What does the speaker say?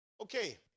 Okay